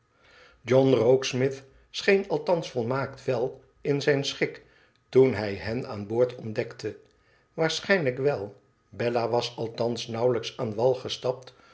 john rokesmith scheen althans volmaakt wel in zijn schik toen hij hen aan boord ontdekte waarschijnlijk wel bella was althans nauwelijks aan wal gestapt